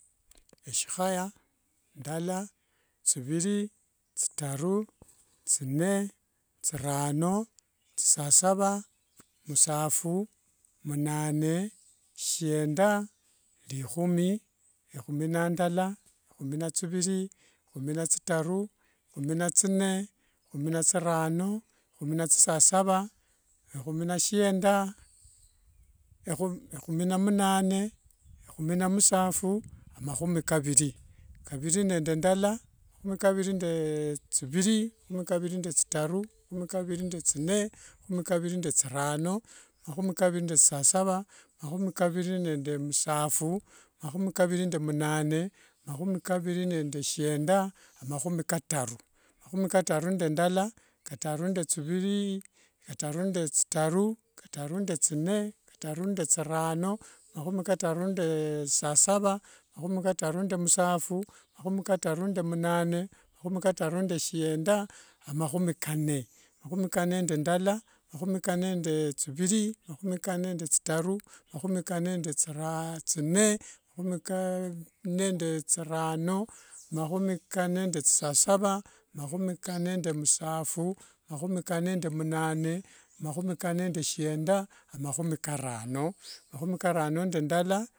Eshikhaya, ndala, thiviri, thitaru, thine, thirano, thisasava, musafu, munane, shienda, rhikhumi, ekhumi nandala, ekhumi na thiviri, ekhumi na thitaru, ekhumi na thine, ekhumi na thirano, ekhumi na thisasava, ekhumi na musaphu ekhumi na shienda, ekhumi ekhumi na munane ekhumi na musaphu emakhumi kaviri, kaviri ne ndala, makhu kaviri makhumi kaviri nendw thitaru makhumi kaviri nende thine, makhumi kaviri nende thirano, makhumi kaviri nende thisasasava makhumi kaviri nende musaphu, makhumi kaviri nde munane makhumi kaviri nende shienda amakhumi kataru. makhumi kataru nde ndala, kataru nde thiviri kataru nde thitaru kataru nde thine kataru sasavaa makhumi kataru nde musaphu, makhumi kataru nde munane makhumi kataru nde shienda amakhumi kanne makhumi kanne nde ndala, makhumi kanne nde thiviri, makhumi kanne nde thira thirano makhumi thirano makhumi kanne nde thisasava makhumi kanne nde musaphu makhumi kanne nde munane makhumi kanne nde shienda amakhumi karano. Amakhumi karano nde ndala.